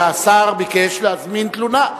שהשר ביקש להזמין תלונה.